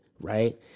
right